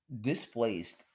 Displaced